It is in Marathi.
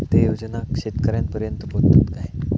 ते योजना शेतकऱ्यानपर्यंत पोचतत काय?